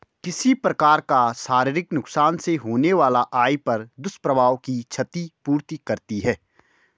किसी प्रकार का शारीरिक नुकसान से होने वाला आय पर दुष्प्रभाव की क्षति पूर्ति करती है